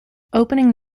opening